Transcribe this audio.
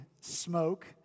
smoke